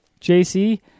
JC